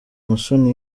musoni